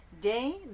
day